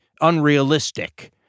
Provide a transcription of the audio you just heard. unrealistic